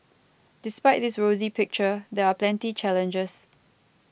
despite this rosy picture there are plenty challenges